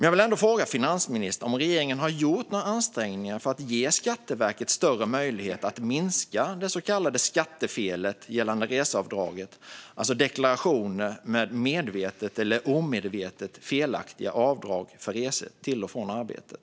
Jag vill ändå fråga finansministern om regeringen gjort några ansträngningar för att ge Skatteverket större möjlighet att minska det så kallade skattefelet gällande reseavdraget, alltså deklarationer med medvetet eller omedvetet felaktiga avdrag för resor till och från arbetet.